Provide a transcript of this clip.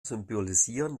symbolisieren